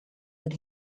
that